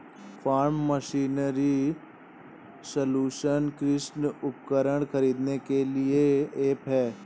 form machinery solution कृषि उपकरण खरीदने के लिए ऐप है